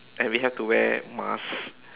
and we have to wear masks